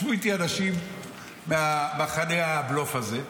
ישבו איתי אנשים מהמחנה הבלוף הזה,